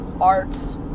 Art's